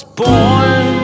born